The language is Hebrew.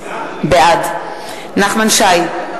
בעד נחמן שי,